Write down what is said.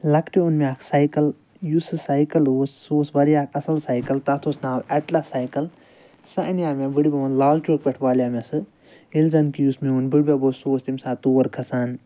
لۄکٹہِ اوٚن مےٚ اکھ سایکَل یُس سُہ سایکَل اوس سُہ اوس واریاہ اصٕل سایکَل تتھ اوس ناو ایٚٹلَس سایکَل سُہ اَنیو مےٚ بِٕڈِ بَبَن لال چوک پٮ۪ٹھ والیو مےٚ سُہ ییٚلہِ زَن کہِ یُس میون بٕڈِ بب اوس سُہ اوس تَمہِ ساتہٕ تور کھَسان